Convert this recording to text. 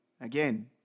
Again